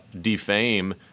defame